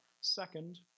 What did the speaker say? Second